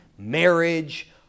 Marriage